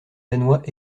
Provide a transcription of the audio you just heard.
danois